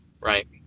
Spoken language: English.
right